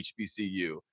HBCU